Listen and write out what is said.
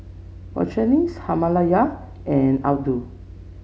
Victorinox Himalaya and Aldo